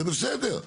זה בסדר.